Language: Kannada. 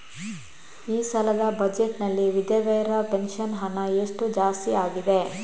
ಈ ಸಲದ ಬಜೆಟ್ ನಲ್ಲಿ ವಿಧವೆರ ಪೆನ್ಷನ್ ಹಣ ಎಷ್ಟು ಜಾಸ್ತಿ ಆಗಿದೆ?